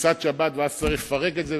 כניסת השבת ואז צריך לפרק את זה,